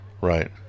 Right